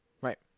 Right